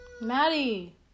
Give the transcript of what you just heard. maddie